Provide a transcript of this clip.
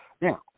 Now